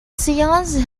seance